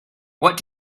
what